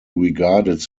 regarded